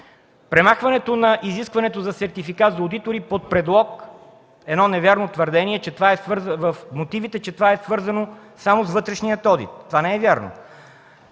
премахването на изискването за сертификат за одитори под предлог – едно невярно твърдение в мотивите, че това е свързано само с вътрешния одит. Това не е вярно.